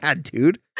dude